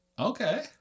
Okay